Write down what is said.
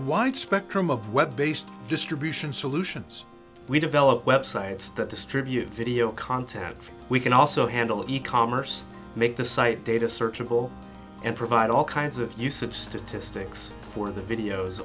wide spectrum of web based distribution solutions we develop websites that distribute video content we can also handle e commerce make the site data searchable and provide all kinds of usage statistics for the videos